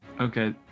Okay